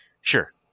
sure